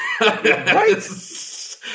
Right